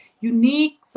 unique